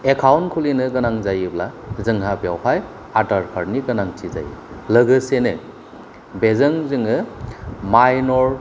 account खुलिनो गोनां जायोब्ला जोंहा बेयावहाय आधार कार्ड नि गोनांथि जायो लोगोसेनो बेजों जोङो मायन'र